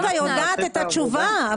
רבקה יודעת את התשובה.